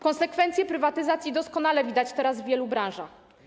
Konsekwencje prywatyzacji doskonale widać teraz w wielu branżach.